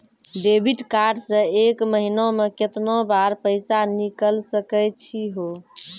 Debit card से एक महीना मा केतना बार पैसा निकल सकै छि हो?